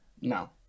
No